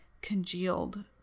congealed